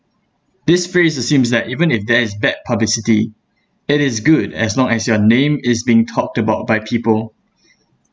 this phase assumes that even if there is bad publicity it is good as long as your name is being talked about by people